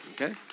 Okay